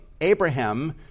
Abraham